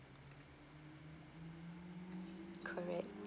correct